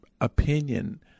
opinion